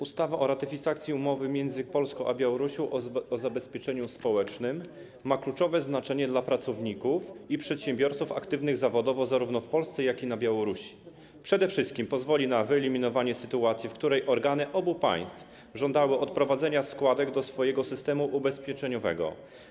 Ustawa o ratyfikacji umowy między Polską a Białorusią o zabezpieczeniu społecznym ma kluczowe znaczenie dla pracowników i przedsiębiorców aktywnych zawodowo zarówno w Polsce, jak i na Białorusi, przede wszystkim pozwoli na wyeliminowanie sytuacji, w której organy obu państw żądały odprowadzenia składek do swojego systemu ubezpieczeniowego.